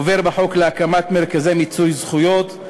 עובר בחוק להקמת מרכזי מיצוי זכויות,